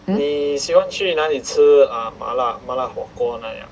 hmm